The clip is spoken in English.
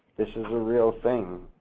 this is a real thing.